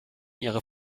ihre